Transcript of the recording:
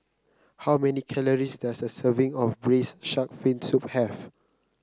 how many calories does a serving of Braised Shark Fin Soup have